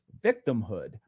victimhood